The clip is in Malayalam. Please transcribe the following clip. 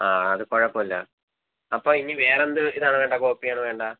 ആ അത് കൊഴപ്പൊല്ല അപ്പ ഇനി വേറെന്ത് ഇതാണ് വേണ്ടെ കോപ്പിയാണ് വേണ്ടെ